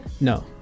No